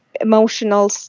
emotional